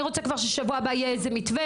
אני רוצה שבשבוע הבא יהיה מתווה.